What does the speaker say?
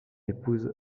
épouse